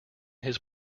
his